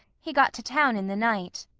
he got to town in the night.